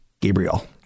Gabriel